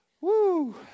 Woo